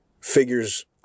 figures